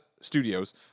Studios